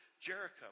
Jericho